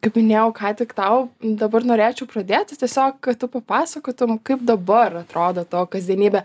kaip minėjau ką tik tau dabar norėčiau pradėti tiesiog kad tu papasakotum kaip dabar atrodo tavo kasdienybė